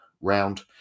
round